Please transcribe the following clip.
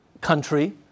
country